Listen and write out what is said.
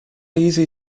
easy